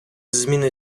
зміни